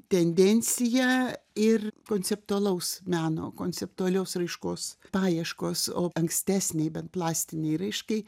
tendencija ir konceptualaus meno konceptualios raiškos paieškos o ankstesnei bent plastinei raiškai